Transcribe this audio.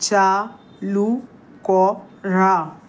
চালু করা